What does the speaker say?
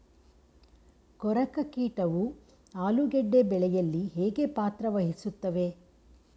ಕೊರಕ ಕೀಟವು ಆಲೂಗೆಡ್ಡೆ ಬೆಳೆಯಲ್ಲಿ ಹೇಗೆ ಪಾತ್ರ ವಹಿಸುತ್ತವೆ?